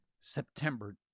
September